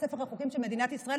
בספר החוקים של מדינת ישראל,